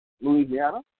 Louisiana